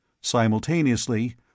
Simultaneously